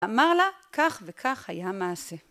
אמר לה, כך וכך היה מעשה.